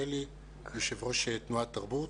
יושב-ראש תנועת תרבות.